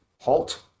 Halt